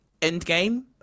Endgame